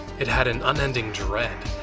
it had an unending dread.